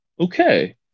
okay